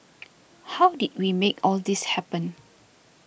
how did we make all this happen